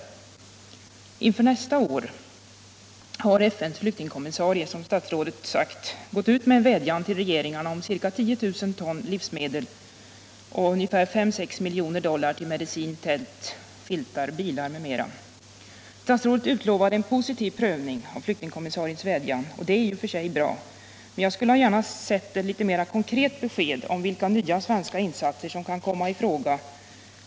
12 november 1976 Inför nästa år har FN:s flyktingkommissarie gått ut med en vädjan = till regeringarna om ca 10000 ton livsmedel samt 5-6 milj. dollar till Om hjälpinsatser medicin, tält, filtar, bilar m.m. till förmån för Statsrådet utlovade en positiv prövning av flyktingkommissariens väd = vissa flyktingar jan, och det är i och för sig bra. Men jag skulle gärna vilja ha ett litet mera konkret besked om vilka nya svenska insatser som kan komma i fråga.